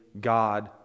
God